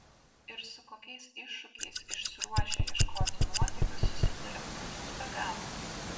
ir su kokiais iššūkiais išsiruošę ieškoti nuotykių susiduria būtent veganai